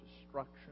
destruction